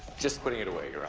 just putting it away,